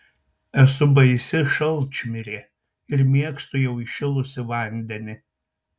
esu baisi šalčmirė ir mėgstu jau įšilusį vandenį